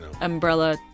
Umbrella